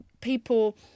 people